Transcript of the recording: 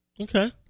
Okay